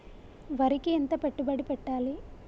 వరికి ఎంత పెట్టుబడి పెట్టాలి?